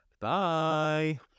Bye